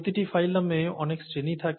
প্রতিটি ফাইলামে অনেক শ্রেণি থাকে